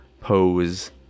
pose